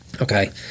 Okay